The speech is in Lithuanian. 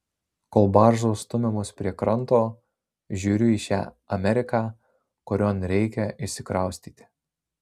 kol baržos stumiamos prie kranto žiūriu į šią ameriką kurion reikia išsikraustyti